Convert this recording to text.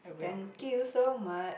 thank you so much